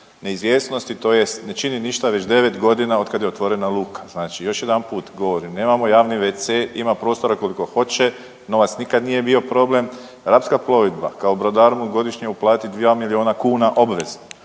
neizvjesnosti tj. ne čini ništa već 9.g. otkad je otvorena luka. Znači još jedanput govorim, nemamo javni wc, ima prostora koliko hoće, novac nikad nije bio problem. Rapska plovidba kao brodar mu godišnje uplati 2 milijuna kuna obveze,